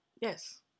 Yes